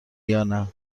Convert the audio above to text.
یانه